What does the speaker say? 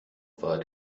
war